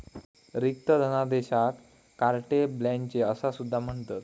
रिक्त धनादेशाक carte blanche असा सुद्धा म्हणतत